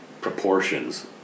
proportions